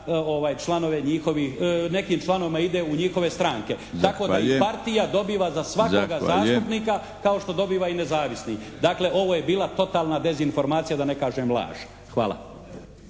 neki članovima ide u njihove stranke. Tako da partija dobiva za svakoga zastupnika kao što dobiva i nezavisni. Dakle ovo je bila totalna dezinformacija da ne kažem laž. Hvala.